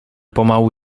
pomału